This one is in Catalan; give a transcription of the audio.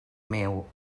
meu